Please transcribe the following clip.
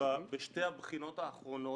בשתי הבחינות האחרונות,